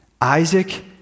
Isaac